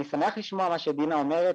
אני שמח לשמוע את מה שדינה אומרת,